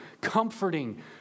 comforting